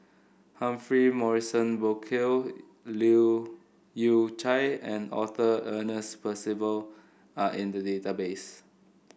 Humphrey Morrison Burkill Leu Yew Chye and Arthur Ernest Percival are in the database